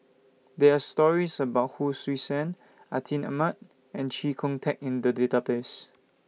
There Are stories about Hon Sui Sen Atin Amat and Chee Kong Tet in The Database